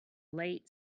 late